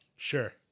Sure